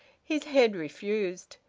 his head refused.